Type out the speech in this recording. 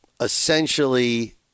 essentially